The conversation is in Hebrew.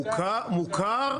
מוכר.